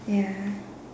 ya